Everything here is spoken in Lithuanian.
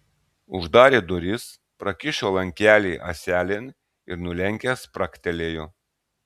uždarė duris prakišo lankelį ąselėn ir nulenkęs spragtelėjo